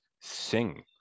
sing